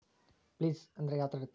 Place ಅಂದ್ರೆ ಯಾವ್ತರ ಇರ್ತಾರೆ?